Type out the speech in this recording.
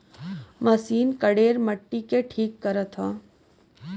machine करेड़ मट्टी के ठीक करत हौ